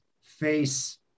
face